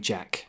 Jack